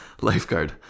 Lifeguard